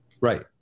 Right